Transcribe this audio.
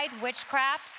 witchcraft